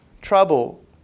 trouble